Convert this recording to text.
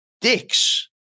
dicks